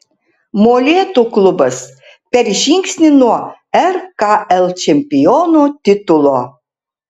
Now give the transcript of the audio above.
molėtų klubas per žingsnį nuo rkl čempiono titulo